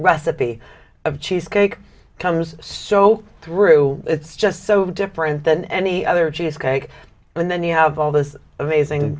recipe of cheesecake comes so through it's just so different than any other cheesecake and then you have all this amazing